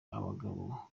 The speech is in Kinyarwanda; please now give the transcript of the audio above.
abagabo